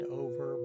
over